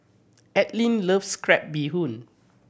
Allean loves crab bee hoon